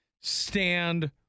stand